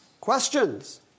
Questions